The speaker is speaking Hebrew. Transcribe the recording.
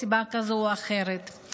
מסיבה כזאת או אחרת,